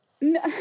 No